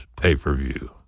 Pay-Per-View